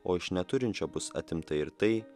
o iš neturinčio bus atimta ir tai